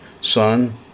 Son